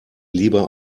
lieber